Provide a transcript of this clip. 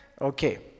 Okay